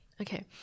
Okay